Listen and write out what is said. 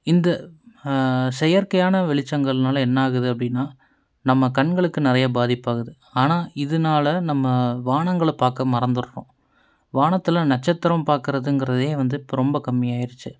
இந்த செயற்கையான வெளிச்சங்கள்னால என்ன ஆகுது அப்படின்னா நம்ம கண்களுக்கு நிறைய பாதிப்பாகுது ஆனால் இதனால நம்ம வானங்களை பார்க்க மறந்துடுறோம் வானத்தில் நட்சத்திரம் பார்க்குறதுங்கிறதே வந்து இப்போ ரொம்ப கம்மி ஆயிடுச்சி